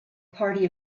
party